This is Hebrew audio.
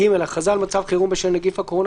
(ג) הכרזה על מצב חירום בשל נגיף הקורונה